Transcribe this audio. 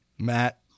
Matt